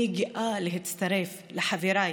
אני גאה להצטרף לחבריי